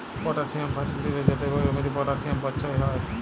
potassium ফার্টিলিসের যাতে জমিতে পটাসিয়াম পচ্ছয় হ্যয়